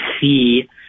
see